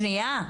שנייה.